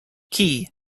key